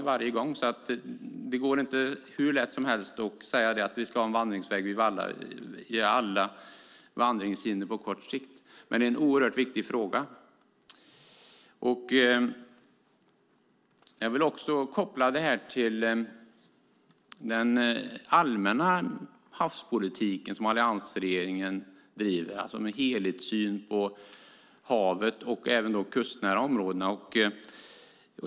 Det går inte att hur lätt som helst säga att det ska vara en vandringsväg vid alla vandringshinder på kort sikt, men det är en oerhört viktig fråga. Jag vill också koppla frågan till den allmänna havspolitik som alliansregeringen driver, med en helhetssyn på havet och även de kustnära områdena.